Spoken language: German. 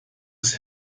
ist